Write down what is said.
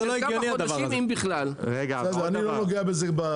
אם אתם תכניסו לי